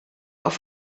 auf